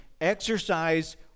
exercise